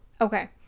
Okay